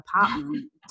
apartment